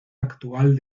actual